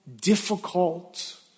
difficult